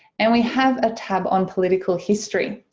and we have a tab on political history.